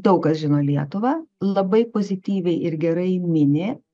daug kas žino lietuvą labai pozityviai ir gerai mini